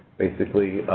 basically,